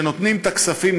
שנותנים את הכספים,